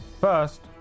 First